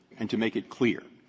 and to make it clear.